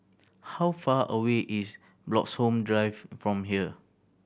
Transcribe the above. how far away is Bloxhome Drive from here